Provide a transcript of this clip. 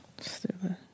Stupid